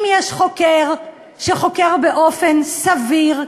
אם יש חוקר שחוקר באופן סביר,